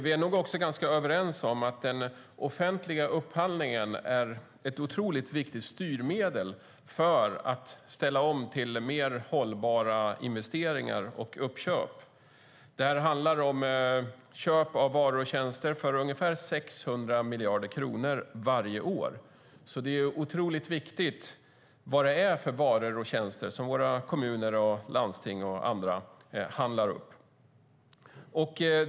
Vi är nog ganska överens om att den offentliga upphandlingen är ett otroligt viktigt styrmedel för att ställa om till mer hållbara investeringar och uppköp. Det handlar om köp av varor och tjänster för ungefär 600 miljarder kronor varje år, så det är otroligt viktigt vad det är för varor och tjänster som våra kommuner, landsting och andra handlar upp.